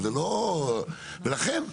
היא רק אומרת: "דעו לכם,